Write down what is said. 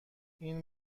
این